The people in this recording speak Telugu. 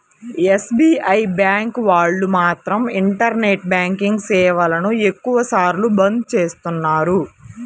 ఎస్.బీ.ఐ బ్యాంకు వాళ్ళు మాత్రం ఇంటర్నెట్ బ్యాంకింగ్ సేవలను ఎక్కువ సార్లు బంద్ చేస్తున్నారు